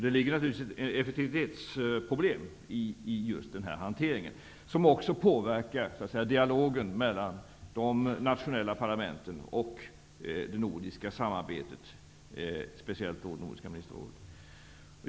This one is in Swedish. Det ligger naturligtvis ett effektivitetsproblem i den här hanteringen som också påverkar dialogen mellan de nationella parlamenten och det nordiska samarbetet, speciellt då Nordiska ministerrådet.